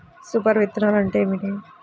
Super విత్తనాలు అంటే ఏమిటి?